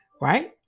Right